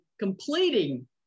Completing